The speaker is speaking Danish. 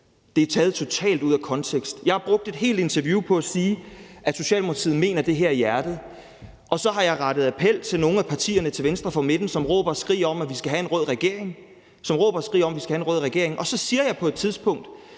Det er taget totalt ud af kontekst. Jeg har brugt et helt interview på at sige, at Socialdemokratiet mener det her i hjertet, og så har jeg rettet appel til nogle af partierne til venstre for midten, som råber og skriger om, at vi skal have en rød regering. Så siger jeg på et tidspunkt: